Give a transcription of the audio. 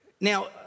Now